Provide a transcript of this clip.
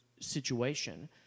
situation